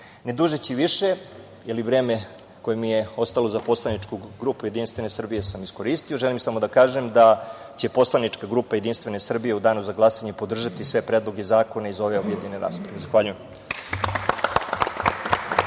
dužeći više, jer vreme koje mi je ostalo za poslaničku grupu JS sam iskoristio, želim samo da kažem da će poslanička grupa JS u danu za glasanje podržati sve predloge zakona iz ove objedinjene rasprave. Zahvaljujem.